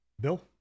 Bill